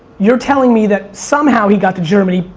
you're telling me that somehow he got to germany,